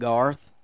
Garth